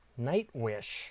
Nightwish